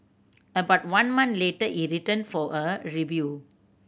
about one month later he returned for a review